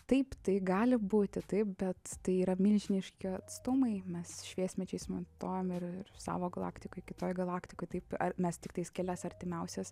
taip tai gali būti taip bet tai yra milžiniški atstumai mes šviesmečiais matuojame ir savo galaktiką kitoj galaktikoj taip ar mes tiktai kelias artimiausias